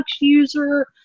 user